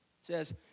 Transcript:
says